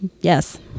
Yes